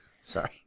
Sorry